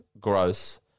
gross